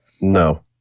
No